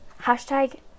Hashtag